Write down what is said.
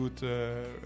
good